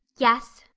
yes.